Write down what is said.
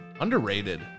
underrated